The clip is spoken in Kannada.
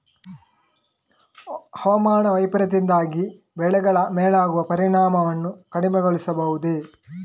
ಹವಾಮಾನ ವೈಪರೀತ್ಯದಿಂದಾಗಿ ಬೆಳೆಗಳ ಮೇಲಾಗುವ ಪರಿಣಾಮವನ್ನು ಕಡಿಮೆಗೊಳಿಸಬಹುದೇ?